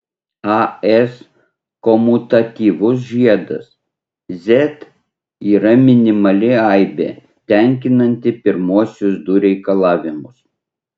as komutatyvus žiedas z yra minimali aibė tenkinanti pirmuosius du reikalavimus